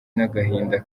n’agahinda